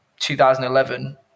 2011